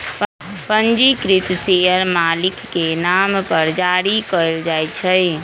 पंजीकृत शेयर मालिक के नाम पर जारी कयल जाइ छै